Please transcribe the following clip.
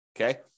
Okay